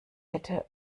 hätte